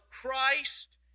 Christ